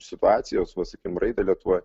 situacijos va sakykim raidą lietuvoj